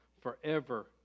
forever